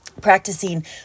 practicing